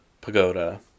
pagoda